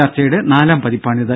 ചർച്ചയുടെ നാലാം പതിപ്പാണിത്